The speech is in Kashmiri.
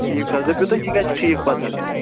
ٹھیٖک چھُ حظ دٔپِو تُہۍ یہِ گژھِ ٹھیٖک پَتہٕ حظ